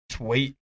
wait